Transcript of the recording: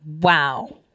Wow